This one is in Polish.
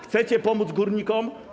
Chcecie pomóc górnikom?